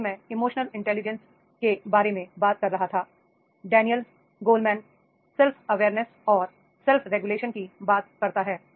जैसे मैं emotional intelligence के बारे में बात कर रहा था डैनियल गोलेमैन सेल्फ अवेयरनेस और सेल्फ रेगुलेशन की बात करता है